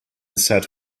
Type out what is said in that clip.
set